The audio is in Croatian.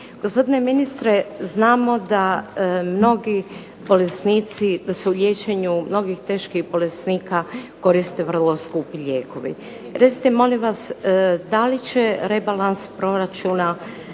Gospodine ministre, znamo da mnogi bolesnici, da se u liječenju mnogih teških bolesnika koriste vrlo skupi lijekovi. Recite molim vas, da li će rebalans proračuna